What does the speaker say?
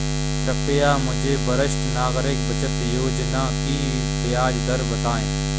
कृपया मुझे वरिष्ठ नागरिक बचत योजना की ब्याज दर बताएं